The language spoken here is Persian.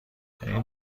این